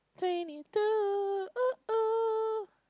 twenty two oh oh